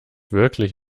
wirklich